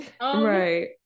right